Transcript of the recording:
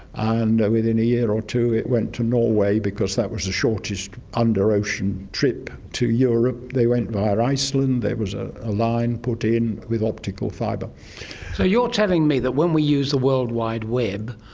and within a year or two it went to norway because that was the shortest under-ocean trip to europe. they went via iceland, iceland, there was ah a line put in with optical fibre. so you're telling me that when we use the world wide web,